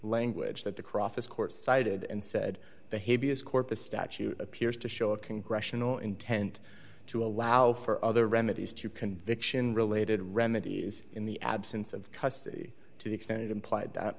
language that the crofts court cited and said behaviors court the statute appears to show a congressional intent to allow for other remedies to conviction related remedies in the absence of custody to the extent it implied that